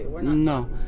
no